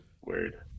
Weird